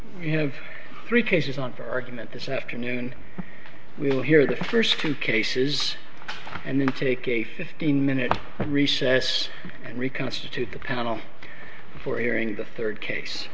know three cases on for argument this afternoon we'll hear the first two cases and then take a fifteen minute recess and reconstitute the panel before hearing the third case